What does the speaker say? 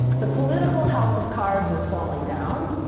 the political house of cards is falling down.